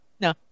No